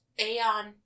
Aeon